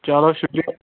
چلو شُکریہ